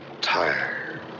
tired